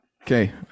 Okay